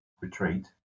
retreat